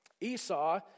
Esau